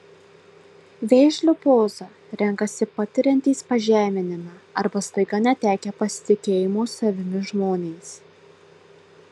vėžlio pozą renkasi patiriantys pažeminimą arba staiga netekę pasitikėjimo savimi žmonės